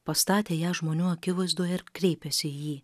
pastatė ją žmonių akivaizdoje ir kreipėsi į jį